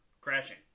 crashing